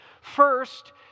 First